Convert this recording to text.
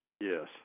yes